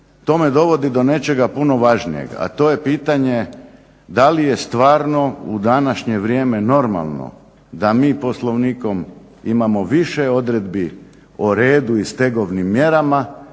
to me dovodi do nečega puno važnijeg, a to je pitanje da li je stvarno u današnje vrijeme normalno da mi Poslovnikom imamo više odredbi o redu i stegovnim mjerama,